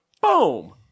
Boom